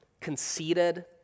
conceited